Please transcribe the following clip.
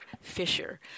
Fisher